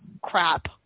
crap